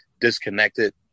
disconnected